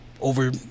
over –